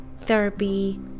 therapy